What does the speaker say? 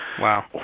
Wow